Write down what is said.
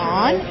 on